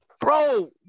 bro